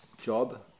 job